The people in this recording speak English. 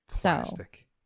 Plastic